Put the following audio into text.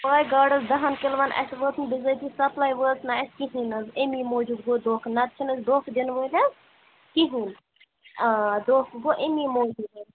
واے گاڈَس دَہَن کِلوَن اَسہِ وٲژ نہٕ بِظٲتی سَپلٕے وٲژ نہٕ اَسہِ کِہیٖنٛۍ نہٕ اَمی موٗجوٗب گوٚو دھونٛکہٕ نَتہٕ چھِنہٕ أسۍ دھونٛکہٕ دِنہٕ وٲلۍ حظ کِہیٖنٛۍ آ دھونٛکہٕ گوٚو اَیٚمی موٗجوٗب حظ